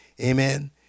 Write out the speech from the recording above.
Amen